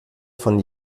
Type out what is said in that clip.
von